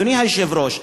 אדוני היושב-ראש.